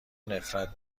نفرت